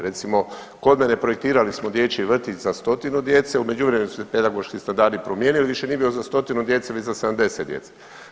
Recimo kod mene projektirali smo dječji vrtić za 100-tinu djece u međuvremenu su se pedagoški standardi promijenili i više nije bio za 100-tinu djece već za 70 djece.